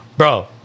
Bro